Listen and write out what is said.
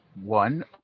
One